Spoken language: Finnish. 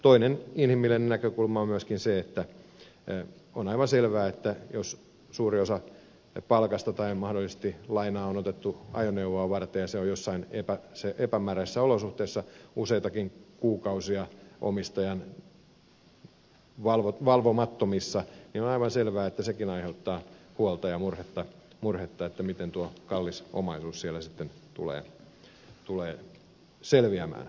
toinen inhimillinen näkökulma on myöskin se että on aivan selvää että jos suuri osa palkasta menee mahdollisesti lainaan joka on otettu ajoneuvoa varten ja se on jossain epämääräisissä olosuhteissa useitakin kuukausia omistajan valvomattomissa niin on aivan selvää että sekin aiheuttaa huolta ja murhetta siitä miten tuo kallis omaisuus siellä sitten tulee selviämään